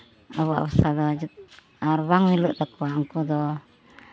ᱟᱵᱚᱣᱟᱜ ᱵᱷᱟᱥᱟ ᱫᱚ ᱟᱨ ᱵᱟᱝ ᱢᱤᱞᱟᱹᱜ ᱛᱟᱠᱚᱣᱟ ᱩᱱᱠᱩ ᱫᱚ